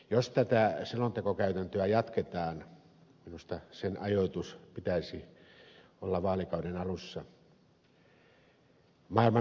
jos tätä selontekokäytäntöä jatketaan minusta sen ajoituksen pitäisi olla vaalikauden alussa